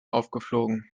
aufgeflogen